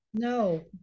no